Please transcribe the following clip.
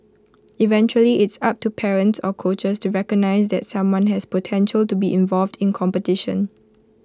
eventually it's up to parents or coaches to recognise that someone has potential to be involved in competition